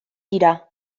dira